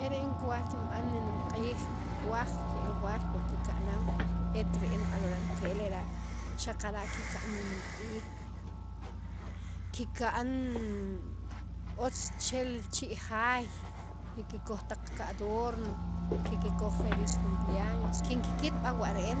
e re'en kuwaj kinb'an nimenq'iij kuwaj ke' el waal wa kikananan et re'en b'ala' sino e lera' xaqara' kika'n nimenq'iij kika'n otz hcel chi' jaay y kikoj taq kadorno kikkoj feliz cumpleaños kinki'kit b'al wa re'en